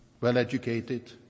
well-educated